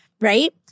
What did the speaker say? right